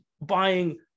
buying